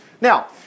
Now